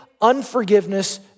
unforgiveness